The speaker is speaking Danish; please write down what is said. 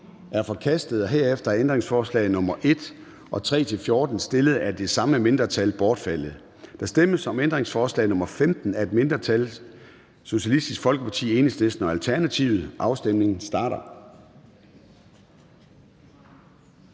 er forkastet. Herefter er ændringsforslag nr. 1 og 3-14, stillet af det samme mindretal, bortfaldet. Der stemmes om ændringsforslag nr. 15 af et mindretal (SF, EL og ALT). Afstemningen starter. Afstemningen slutter.